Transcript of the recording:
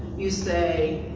you say